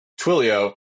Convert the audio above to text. Twilio